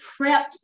prepped